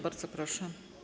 Bardzo proszę.